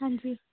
ਹਾਂਜੀ